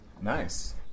Nice